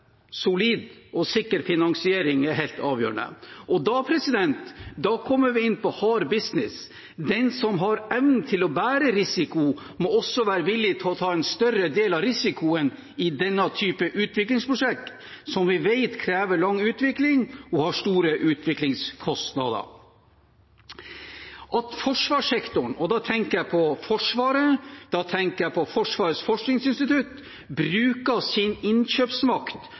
solid og sikker finansiering er helt avgjørende. Da kommer vi inn på hard business – den som har evnen til å bære risiko, må også være villig til å ta en større del av risikoen i slike utviklingsprosjekt, som vi vet krever lang utvikling og har store utviklingskostnader. At forsvarssektoren – og da tenker jeg på Forsvaret, da tenker jeg på Forsvarets forskningsinstitutt – bruker sin innkjøpsmakt